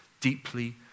deeply